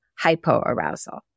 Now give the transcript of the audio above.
hypoarousal